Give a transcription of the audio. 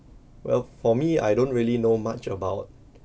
well for me I don't really know much about